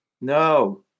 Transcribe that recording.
No